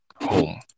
home